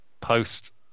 post